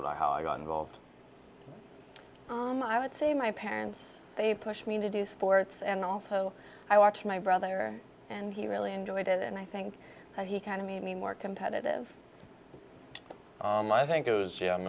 what i how i got involved i would say my parents they pushed me to do sports and also i watch my brother and he really enjoyed it and i think he kind of made me more competitive i think